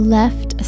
left